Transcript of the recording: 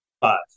five